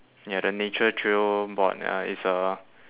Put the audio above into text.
ya the nature trail board ya it's a